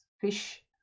fish